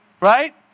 right